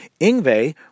Ingve